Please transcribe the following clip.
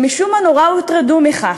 שמשום מה נורא הוטרדו מכך.